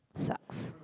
sucks